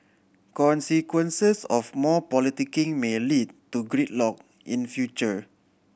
consequences of more politicking may lead to gridlock in future